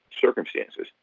circumstances